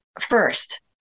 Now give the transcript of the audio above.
First